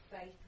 Faith